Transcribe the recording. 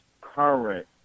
current